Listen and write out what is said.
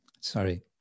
sorry